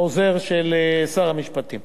העוזר של שר המשפטים,